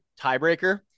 tiebreaker